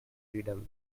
freedom